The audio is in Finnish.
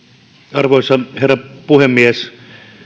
arvoisa herra puhemies